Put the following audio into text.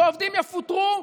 ועובדים יפוטרו,